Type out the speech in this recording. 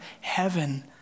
heaven